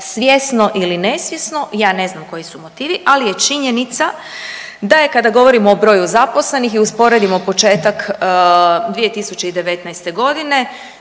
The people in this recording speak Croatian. Svjesno ili nesvjesno ja ne znam koji su motivi, ali je činjenica je kada govorimo o broju zaposlenih i usporedimo početak 2019. godine